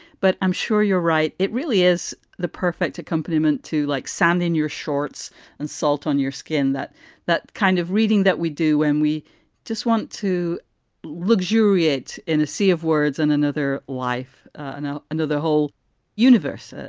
but i'm sure you're right. it really is the perfect accompaniment to like sand in your shorts and salt on your skin that that kind of reading that we do when we just want to luxuriate in a sea of words in another life and ah under the whole universe. ah